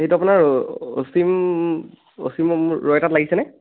এইটো আপোনাৰ অচীম অচীম ৰয় তাত লাগিছেনে